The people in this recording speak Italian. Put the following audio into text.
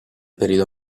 periodo